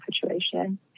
situation